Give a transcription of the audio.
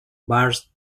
burst